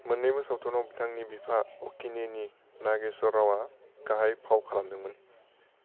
मोन्नैबो सावथुनाव बिथांनि बिफा अक्कीनेनी नागेश्वर रावआ गाहाय फाव खालामदोंमोन